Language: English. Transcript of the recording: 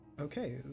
okay